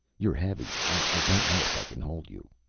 you're heavy. i don't know if i can hold you.